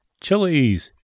chilies